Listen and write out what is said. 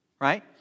right